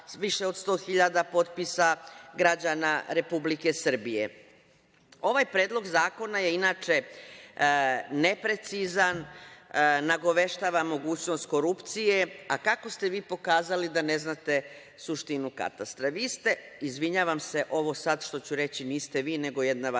više od 100.000 potpisa građana Republike Srbije? Ovaj predlog zakona je inače neprecizan, nagoveštava mogućnost korupcije, a kako ste vi pokazali da ne znate suštinu Katastra? Vi ste, izvinjavam se što ću reći, niste vi nego jedna vaša